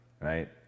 Right